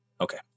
Okay